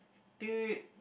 do it